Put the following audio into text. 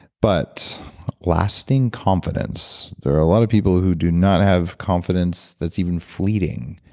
but lasting confidence. there are a lot of people who do not have confidence that's even fleeting.